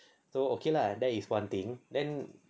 so okay lah that is one thing then